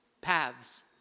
paths